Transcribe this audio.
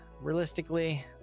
realistically